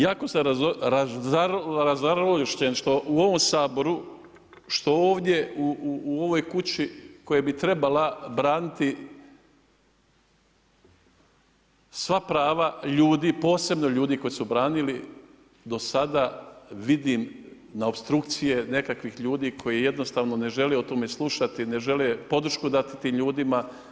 Jako sam ražalošćen što u ovom Saboru, što ovdje u ovoj kući koja bi trebala braniti sva prava ljudi, posebno ljudi koji su branili do sada, vidim na opstrukcije nekakvih ljudi koji jednostavno ne žele o tome slušati, ne žele podršku dati tim ljudima.